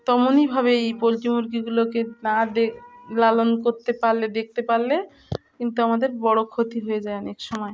তেমনইভাবে এই পোলট্রি মুরগিগুলোকে না দে লালন করতে পারলে দেখতে পারলে কিন্তু আমাদের বড়ো ক্ষতি হয়ে যায় অনেক সময়